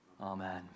amen